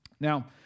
Now